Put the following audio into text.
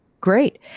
great